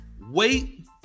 wait